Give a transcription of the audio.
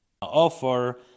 Offer